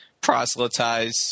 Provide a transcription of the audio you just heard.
proselytize